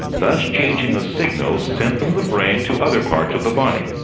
thus changing the signals sent from the brain to other parts of the body.